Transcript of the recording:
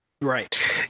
Right